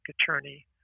Attorney